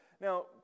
Now